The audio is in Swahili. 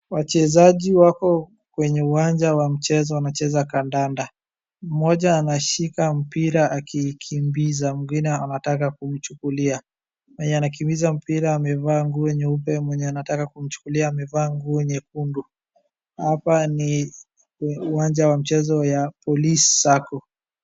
Wachezaji wako kwenye uwanja wa mchezo wanacheza kandanda. Mmoja anshika mpira akikimbiza mwingine anataka kumchukulia. Mwenye anakimbiza mpira amevaa nguo nyeupe mwenye anataka kumchukulia amevaa nguo nyekundu. Hapa ni uwanja wa mchezo ya police sacco.